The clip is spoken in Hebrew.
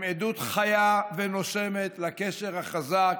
הם עדות חיה ונושמת לקשר החזק,